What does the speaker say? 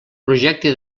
projecte